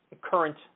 current